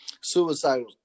Suicidal